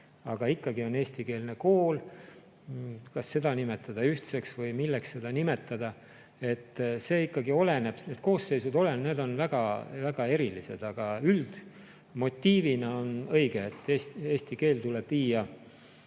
aga ikkagi on eestikeelne kool. Kas seda nimetada ühtseks või milleks seda nimetada? See ikkagi oleneb, need koosseisud on väga-väga erilised. Aga üldmotiivina on õige, et eesti keel tuleb viia